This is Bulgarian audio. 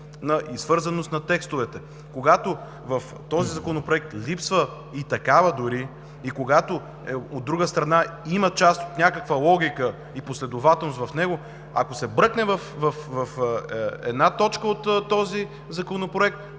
и свързаност на текстовете. Когато в този Законопроект липсва и такава дори и когато, от друга страна, има част от някаква логика и последователност в него, ако се бръкне в една точка от този Законопроект,